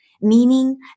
meaning